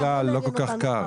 ובשדרות בדרך כלל לא כל כך קר.